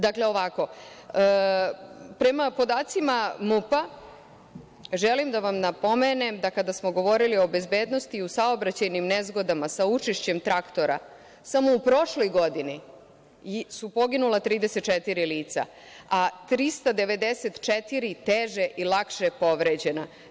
Dakle, prema podacima MUP-a, želim da vam napomenem da, kada smo govorili o bezbednosti u saobraćajnim nezgodama sa učešćem traktora, samo u prošloj godini su poginula 34 lica, a 394 teže i lakše je povređeno.